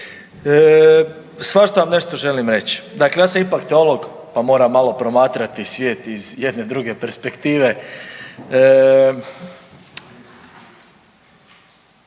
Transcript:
Svašta vam nešto želim reći. Dakle ja sam ipak teolog, pa moram malo promatrati svijet iz jedne druge perspektive.